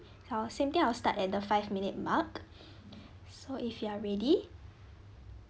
I'll same thing I'll start at the five minute mark so if you are ready